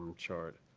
and chart.